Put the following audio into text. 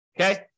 Okay